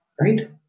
Right